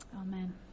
Amen